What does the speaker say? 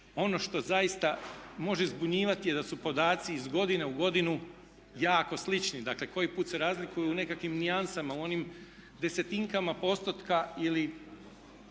Ono što zaista može zbunjivati je da su podaci iz godine u godinu jako slični. Dakle, koji put se razlikuju u nekakvim nijansama, u onim desetinkama postotka ili